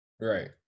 Right